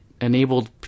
enabled